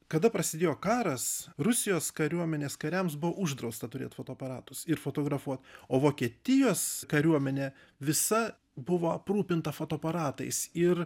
kada prasidėjo karas rusijos kariuomenės kariams buvo uždrausta turėt fotoaparatus ir fotografuot o vokietijos kariuomenė visa buvo aprūpinta fotoaparatais ir